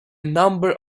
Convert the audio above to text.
number